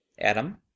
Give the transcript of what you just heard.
Adam